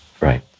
Right